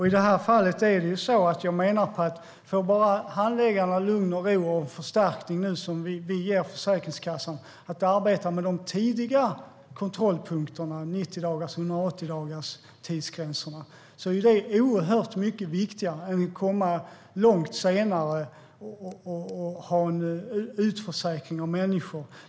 I det här fallet menar jag att om bara handläggarna får lugn och ro och förstärkning, som vi nu ger Försäkringskassan, med att arbeta med de tidiga kontrollpunkterna - 90-dagars och 180-dagarstidsgränserna - är det oerhört mycket viktigare än att komma långt senare och ha en utförsäkring av människor.